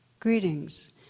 Greetings